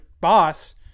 boss